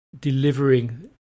delivering